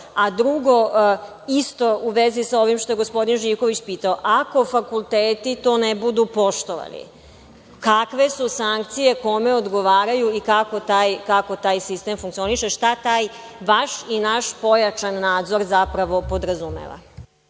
a drugo isto u vezi sa ovim što je gospodin Živković pitao. Ako fakulteti to ne budu poštovali, kakve su sankcije, kome odgovaraju i kako taj sistem funkcioniše, šta taj vaš i naš pojačan nadzora zapravo podrazumeva?